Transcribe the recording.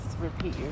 repeat